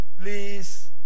Please